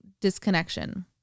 disconnection